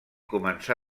començà